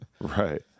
Right